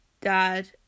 dad